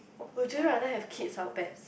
would you rather have kids or pets